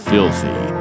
Filthy